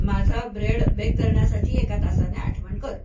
माझा bread bake करण्यासाठी एका तासाने आठवण कर